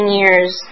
years